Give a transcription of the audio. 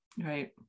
Right